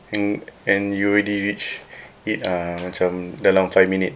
and and you already reach it uh macam dalam five minute